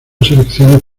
selecciones